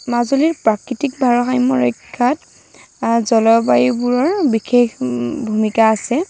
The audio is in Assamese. মাজুলীৰ প্ৰাকৃতিক ভাৰাসাম্য ৰক্ষাত জলবায়ুবোৰৰ বিশেষ ভূমিকা আছে